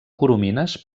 coromines